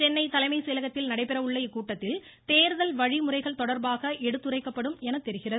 சென்னைத் தலைமைச் செயலகத்தில் நடைபெற உள்ள இக்கூட்டத்தில் தேர்தல் வழிமுறைகள் தொடர்பாக எடுத்துரைக்கப்படும் எனத் தெரிகிறது